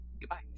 Goodbye